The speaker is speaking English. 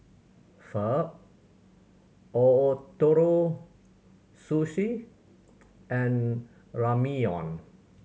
Pho Ootoro Sushi and Ramyeon